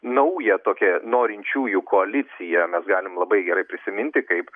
naują tokią norinčiųjų koaliciją mes galim labai gerai prisiminti kaip